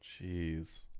Jeez